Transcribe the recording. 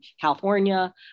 California